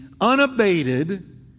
unabated